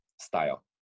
style